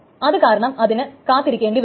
അത് കാരണം അതിന് കാത്തിരിക്കേണ്ടിവരും